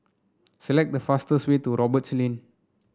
select the fastest way to Roberts Lane